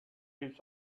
his